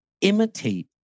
Imitate